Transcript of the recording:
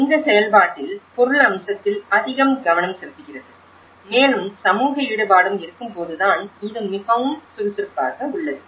எனவே இந்த செயல்பாட்டில் பொருள் அம்சத்தில் அதிக கவனம் செலுத்துகிறது மேலும் சமூக ஈடுபாடும் இருக்கும்போதுதான் இது மிகவும் சுறுசுறுப்பாகஉள்ளது